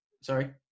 sorry